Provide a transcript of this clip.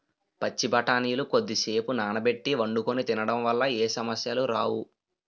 పచ్చి బఠానీలు కొద్దిసేపు నానబెట్టి వండుకొని తినడం వల్ల ఏ సమస్యలు రావు